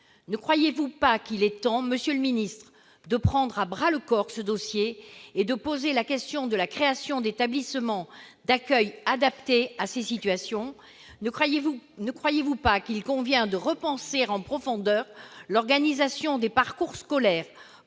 ne croyez-vous pas qu'il est temps de prendre à bras-le-corps ce dossier et de se poser la question de la création d'établissements d'accueil adaptés à ces situations ? Ne croyez-vous pas qu'il convient de repenser en profondeur l'organisation des parcours scolaires